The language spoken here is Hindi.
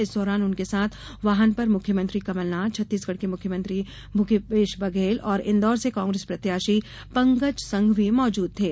इस दौरान उनके साथ वाहन पर मुख्यमंत्री कमलनाथ छत्तीसगढ़ के मुख्यमंत्री भूपेश बघेल और इन्दौर से कांग्रेस प्रत्याशी पंकज संघवी मौजूद थे